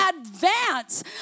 advance